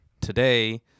today